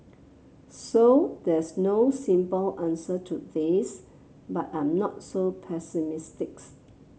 so there's no simple answer to this but I'm not so pessimistic